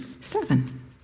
seven